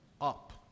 up